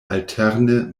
alterne